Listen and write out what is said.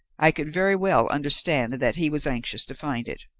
i could very well understand that he was anxious to find it.